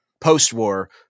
Post-war